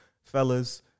Fellas